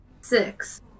six